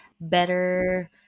better